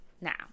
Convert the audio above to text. Now